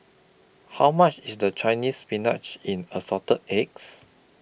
How much IS The Chinese Spinach in Assorted Eggs